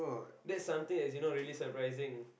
that's something that's you know really surprising